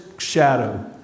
shadow